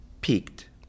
peaked